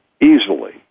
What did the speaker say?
easily